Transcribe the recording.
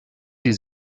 die